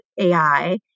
AI